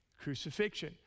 Crucifixion